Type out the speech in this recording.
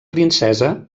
princesa